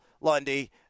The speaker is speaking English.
Lundy